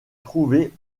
trouver